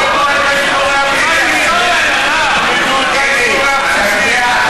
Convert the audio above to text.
תלמדו היסטוריה בסיסית, אלי, אתה יודע?